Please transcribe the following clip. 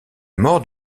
mort